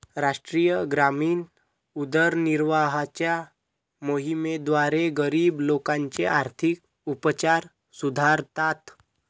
राष्ट्रीय ग्रामीण उदरनिर्वाहाच्या मोहिमेद्वारे, गरीब लोकांचे आर्थिक उपचार सुधारतात